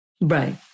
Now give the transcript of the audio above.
Right